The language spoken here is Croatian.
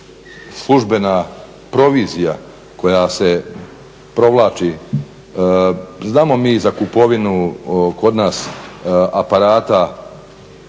službena provizija koja se provlači. Znamo mi i za kupovinu kod nas aparata